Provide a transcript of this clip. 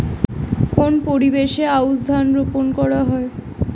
কোন পরিবেশে আউশ ধান রোপন করা হয়?